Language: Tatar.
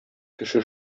кеше